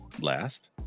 last